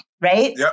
Right